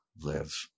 live